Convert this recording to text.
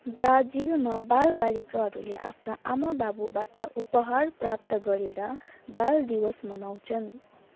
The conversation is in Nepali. ब्राजिलमा बालबालिकाहरूले आफ्ना आमाबाबुबाट उपहार प्राप्त गरेर बाल दिवस मनाउँछन्